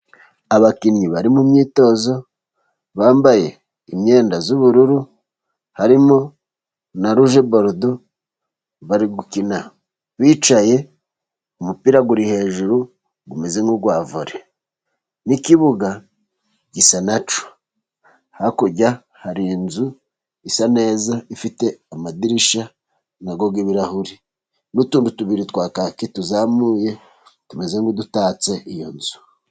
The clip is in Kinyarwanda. Abakinnyi bari mu myitozo bambaye imyenda y'ubururu, harimo na ruje borudo, bari gukina bicaye. Umupira uri hejuru umeze nk'urwa vore. N'ikibuga gisa na cyo. Hakurya hari inzu isa neza, ifite amadirishya na yo y'ibirahuri, n'utuntu tubiri twa kake tuzamuye tumeze nk'udutatse iyo nzu.